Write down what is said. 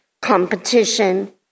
competition